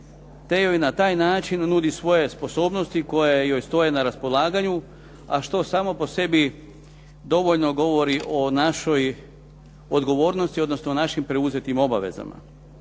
te joj na taj način nudi svoje sposobnosti koje joj stoje na raspolaganju a što samo po sebi dovoljno govori o našoj odgovornosti, odnosno o našim preuzetim obavezama.